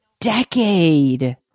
decade